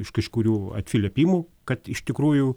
iš kažkurių atsiliepimų kad iš tikrųjų